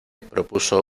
propuso